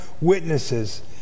witnesses